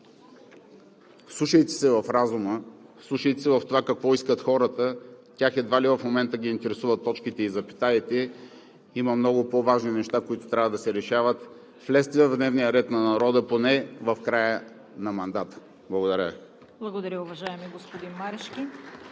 вслушайте се в разума, вслушайте се в това какво искат хората. Тях едва ли в момента ги интересуват точките и запетаите. Има много по-важни неща, които трябва да се решават. Влезте в дневния ред на народа поне в края на мандата. Благодаря Ви. ПРЕДСЕДАТЕЛ ЦВЕТА КАРАЯНЧЕВА: Благодаря, уважаеми господин Марешки.